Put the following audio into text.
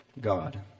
God